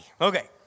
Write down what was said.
okay